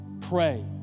pray